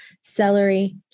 celery